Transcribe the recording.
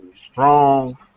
strong